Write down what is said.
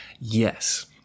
yes